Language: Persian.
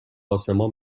آسمان